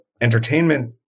entertainment